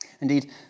Indeed